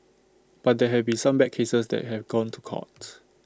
but there have been some bad cases that have gone to court